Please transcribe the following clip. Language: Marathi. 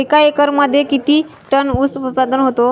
एका एकरमध्ये किती टन ऊस उत्पादन होतो?